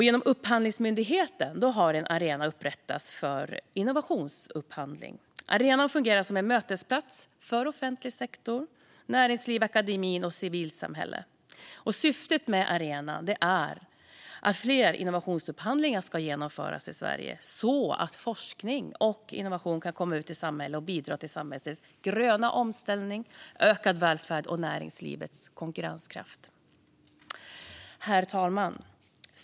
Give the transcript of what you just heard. Genom Upphandlingsmyndigheten har en arena upprättats för innovationsupphandling. Arenan fungerar som en mötesplats för offentlig sektor, näringsliv, akademi och civilsamhälle. Syftet med arenan är att fler innovationsupphandlingar ska genomföras i Sverige så att forskning och innovation kan komma ut i samhället och bidra till samhällets gröna omställning samt till ökad välfärd och näringslivets konkurrenskraft. Herr talman!